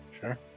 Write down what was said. Sure